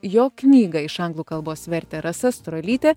jo knygą iš anglų kalbos vertė rasa strolytė